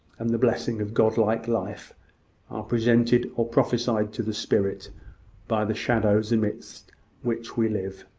and the blessing of godlike life, are presented or prophesied to the spirit by the shadows amidst which we live.